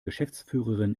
geschäftsführerin